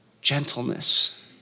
gentleness